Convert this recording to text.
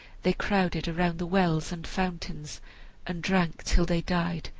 they crowded around the wells and fountains and drank till they died,